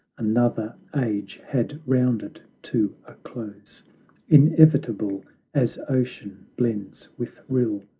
another age had rounded to a close inevitable as ocean blends with rill,